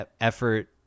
effort